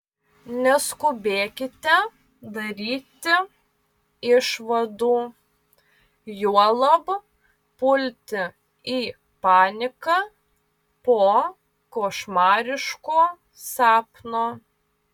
neskubėkite daryti išvadų juolab pulti į paniką po košmariško sapno